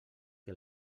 que